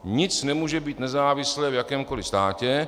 Nic nemůže být nezávislé v jakémkoli státě.